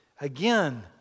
Again